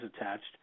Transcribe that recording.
attached